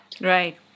Right